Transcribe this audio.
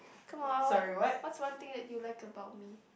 come on what what's one thing that you like about me